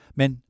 men